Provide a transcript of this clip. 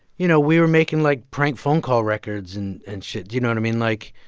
you know, we were making, like, prank phone call records and and shit. do you know what i mean? like,